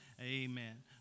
Amen